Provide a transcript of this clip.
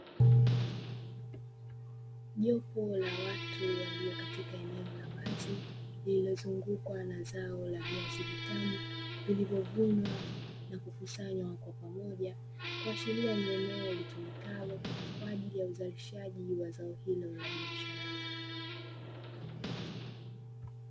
Jopo la watu walio katika eneo la wazi, lililozungukwa na zao la viazi vitamu, vilivyovunwa na kukusanywa kwa pamoja, kuashiria ni eneo litumikalo kwa ajili ya uzalishaji wa zao hilo la biashara.